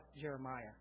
Jeremiah